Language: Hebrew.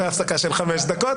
והפסקה של חמש דקות,